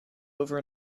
over